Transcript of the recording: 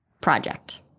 project